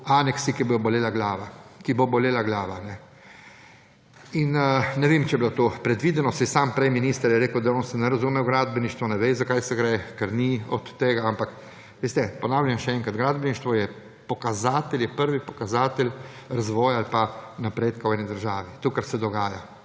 glava. Da bo bolela glava. In ne vem, če je bilo to predvideno, saj je sam prej minister rekel, da on se ne razume v gradbeništvo, ne ve, za kaj gre, ker ni od tega … Ampak veste, ponavljam še enkrat, gradbeništvo je pokazatelj, je prvi pokazatelj razvoja in napredkov ene države. To, kar se dogaja.